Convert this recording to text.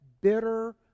bitter